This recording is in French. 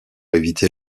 éviter